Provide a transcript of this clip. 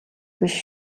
биш